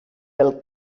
pel